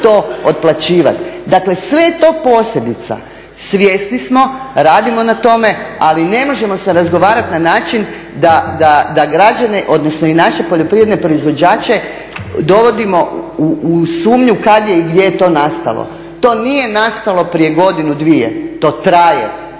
to otplaćivati. Dakle, sve je to posljedica. Svjesni smo, radimo na tome ali ne možemo se razgovarati na način da građane odnosno i naše poljoprivredne proizvođače dovodimo u sumnju kad je i gdje to nastalo, to nije nastalo prije godinu dvije, to traje.